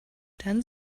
dann